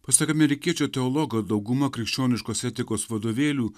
pasak amerikiečio teologo dauguma krikščioniškos etikos vadovėlių